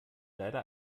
leider